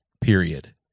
period